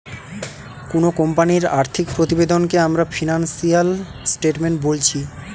কুনো কোম্পানির আর্থিক প্রতিবেদনকে আমরা ফিনান্সিয়াল স্টেটমেন্ট বোলছি